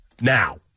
now